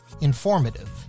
informative